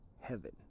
heaven